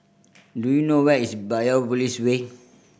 do you know where is Biopolis Way